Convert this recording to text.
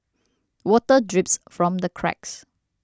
water drips from the cracks